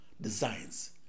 designs